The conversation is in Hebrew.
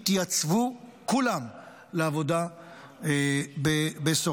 התייצבו כולן לעבודה בסורוקה.